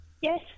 Yes